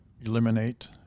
eliminate